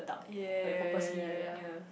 yea yea yea yea yea